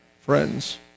friends